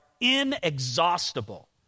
inexhaustible